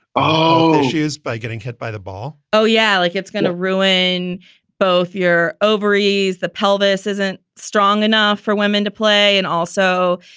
oh, she is by getting hit by the ball oh yeah. like it's going to ruin both your ovaries. the pelvis isn't strong enough for women to play. and also,